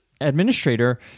administrator